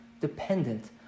dependent